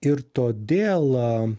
ir todėl